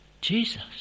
Jesus